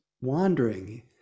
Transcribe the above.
wandering